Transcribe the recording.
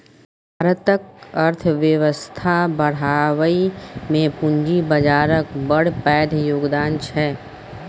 भारतक अर्थबेबस्था बढ़ाबइ मे पूंजी बजारक बड़ पैघ योगदान छै